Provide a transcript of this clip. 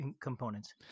components